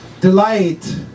Delight